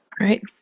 right